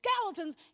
skeletons